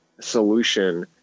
solution